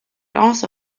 also